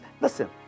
Listen